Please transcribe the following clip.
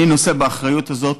אני נושא באחריות הזאת